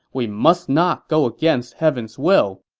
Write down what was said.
we must not go against heaven's will.